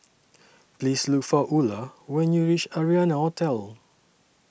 Please Look For Ula when YOU REACH Arianna Hotel